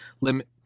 limit